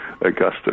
Augusta